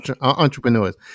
entrepreneurs